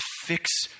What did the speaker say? fix